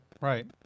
right